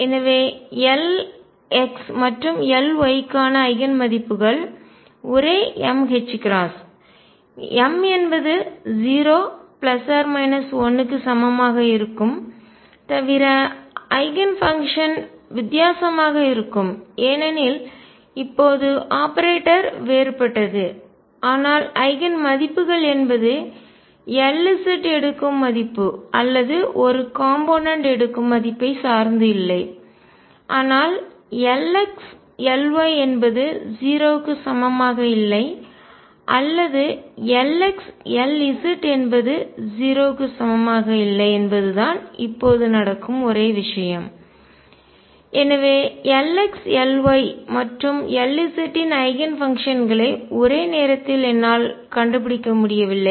எனவே Lx மற்றும் Ly க்கான ஐகன் மதிப்புகள் ஒரே m h கிராஸ் m என்பது 0 1 க்கு சமமாக இருக்கும் தவிர ஐகன் பங்ஷன் வித்தியாசமாக இருக்கும் ஏனெனில் இப்போது ஆபரேட்டர் வேறுபட்டது ஆனால் ஐகன் மதிப்புகள் என்பது Lz எடுக்கும் மதிப்பு அல்லது ஒரு காம்போனென்ட் கூறு எடுக்கும் மதிப்பை சார்ந்து இல்லை ஆனால் Lx Ly என்பது 0 க்கு சமமாக இல்லை அல்லது Lx Lz என்பது 0 க்கு சமமாக இல்லை என்பதுதான் இப்போது நடக்கும் ஒரே விஷயம் எனவே Lx Ly மற்றும் Lz இன் ஐகன் பங்ஷன் களை ஒரே நேரத்தில் என்னால் கண்டுபிடிக்க முடியவில்லை